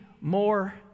more